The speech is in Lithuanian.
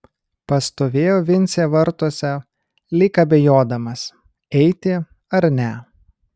pastovėjo vincė vartuose lyg abejodamas eiti ar ne